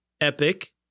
epic